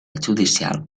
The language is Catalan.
judicial